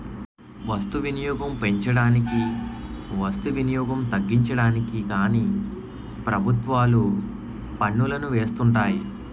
వస్తువులు వినియోగం పెంచడానికి వస్తు వినియోగం తగ్గించడానికి కానీ ప్రభుత్వాలు పన్నులను వేస్తుంటాయి